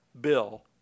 bill